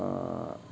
uh